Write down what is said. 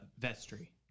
Vestry